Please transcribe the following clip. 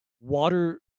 water